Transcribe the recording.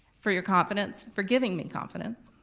for your confidence, for giving me confidence.